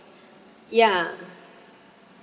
ya